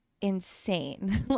insane